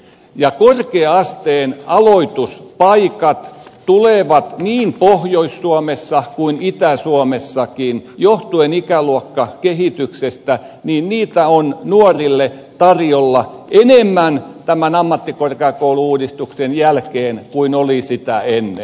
ja korkea asteen aloituspaikkoja tulee niin pohjois suomessa kuin itä suomessakin johtuen ikäluokkakehityksestä olemaan nuorille tarjolla enemmän tämän ammattikorkeakoulu uudistuksen jälkeen kuin oli sitä ennen